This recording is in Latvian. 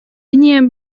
viņiem